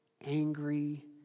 Angry